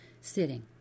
sitting